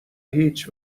هیچ